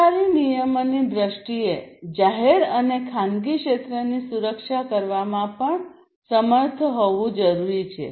સરકારી નિયમનની દ્રષ્ટિએ જાહેર અને ખાનગી ક્ષેત્રની સુરક્ષા કરવામાં પણ સમર્થ હોવું જરૂરી છે